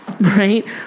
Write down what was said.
right